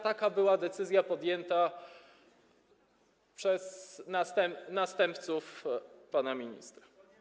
Taka była decyzja podjęta przez następców pana ministra.